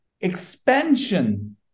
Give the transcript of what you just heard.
expansion